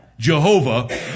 Jehovah